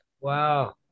Wow